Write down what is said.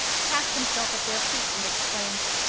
cast himself at their feet and exclaimed,